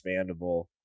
expandable